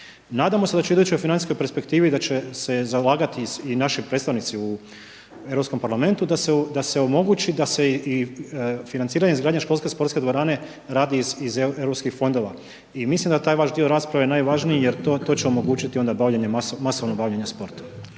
Nadamo se da će u idućoj financijskoj perspektivi, da će se zalagati i naši predstavnici u Europskom parlamentu da se omogući da se i financiranje izgradnje školske sportske dvorane radi iz europskih fondova. I mislim da je taj vaš dio rasprave najvažniji jer to će omogućiti onda bavljenje,